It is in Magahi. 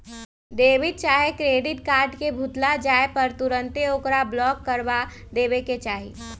डेबिट चाहे क्रेडिट कार्ड के भुतला जाय पर तुन्ते ओकरा ब्लॉक करबा देबेके चाहि